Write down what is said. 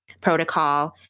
protocol